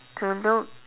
to look